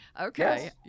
Okay